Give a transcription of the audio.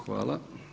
Hvala.